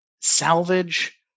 salvage